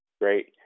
Great